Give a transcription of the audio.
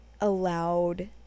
allowed